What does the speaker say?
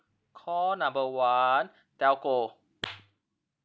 call number one telco